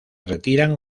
retiran